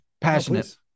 passionate